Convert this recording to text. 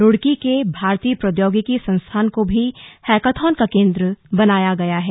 रूड़की के भारती प्रौद्योगिकी संस्थान को भी हैकाथन का केंद्र बनाया गया है